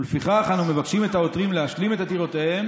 ולפיכך אנו מבקשים את העותרים להשלים את עתירותיהם